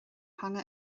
theanga